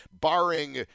barring